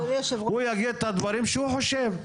הוא יגיד את הדברים שהוא חושב.